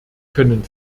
können